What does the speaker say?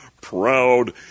proud